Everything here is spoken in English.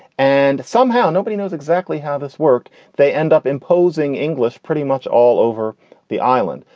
and somehow nobody knows exactly how this worked. they end up imposing english pretty much all over the island.